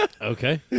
Okay